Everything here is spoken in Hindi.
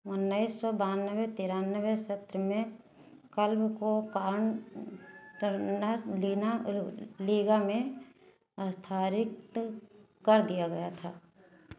उन्नीस सौ बेरानवे तेरानवे सत्र में क्लब को काटर्नर लेना लीगा में स्थानान्तरित कर दिया गया था